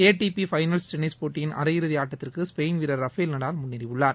ATP finals tennis போட்டியின் அரையிறுதி ஆட்டத்திற்கு ஸ்பெயின் வீரர் ரஃபெல் நடால் முன்னேறியுள்ளார்